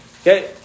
Okay